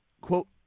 quote